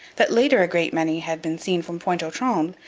that later a great many had been seen from pointe aux trembles,